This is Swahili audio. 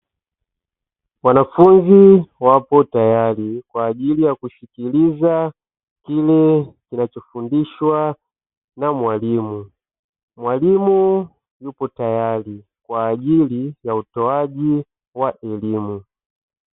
Wanafunzi wapo tayari kwa ajili ya kusikiliza kile kinachofundishwa na mwalimu, mwalimu yuko tayari kwa ajili ya utoaji wa elimu.